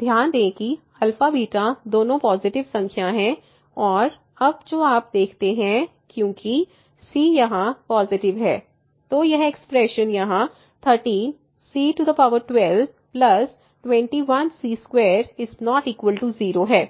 ध्यान दें कि α β दोनों पॉजिटिव संख्या हैं और अब जो आप देखते हैं क्योंकि c यहाँ पॉजिटिव है तो यह एक्सप्रेशन यहाँ 13c1221c2≠ 0